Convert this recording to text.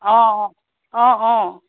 অঁ অঁ অঁ অঁ